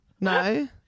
No